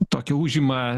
tokį užima